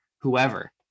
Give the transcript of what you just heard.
whoever